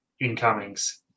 incomings